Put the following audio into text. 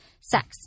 sex